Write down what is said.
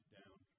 down